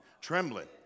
Trembling